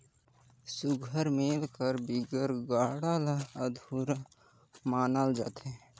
सुग्घर मेल कर बिगर गाड़ा ल अधुरा मानल जाथे